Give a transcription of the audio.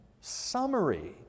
summary